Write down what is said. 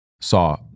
saw